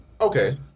Okay